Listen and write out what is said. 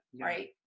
right